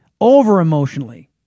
over-emotionally